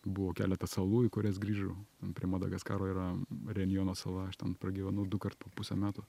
buvo keletas salų į kurias grįžau prie madagaskaro yra renjono sala aš ten pragyvenu dukart po pusę metų